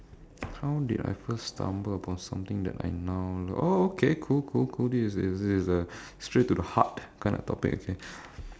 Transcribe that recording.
how did I first stumble upon something that I now love oh okay cool cool cool this is a this is a straight to the heart kind of topic okay